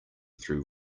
through